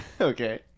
Okay